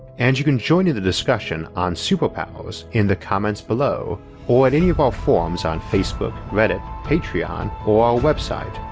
and you can join in the discussion on superpowers in the comments below or at any of our forums on facebook, reddit, patreon, or our website,